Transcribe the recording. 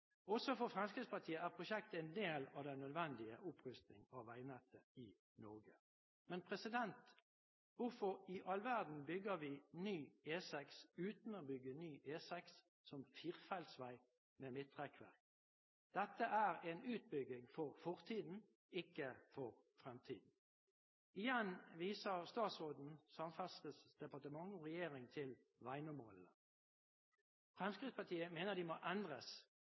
Også for Fremskrittspartiet er prosjektet en del av den nødvendige opprustningen av veinettet i Norge. Men hvorfor i all verden bygger vi ny E6 uten å bygge ny E6 som firefeltsvei med midtrekkverk? Dette er en utbygging for fortiden – ikke for fremtiden. Igjen viser statsråden, Samferdselsdepartementet og regjeringen til veinormalene. Fremskrittspartiet mener de må endres